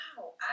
wow